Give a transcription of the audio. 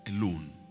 alone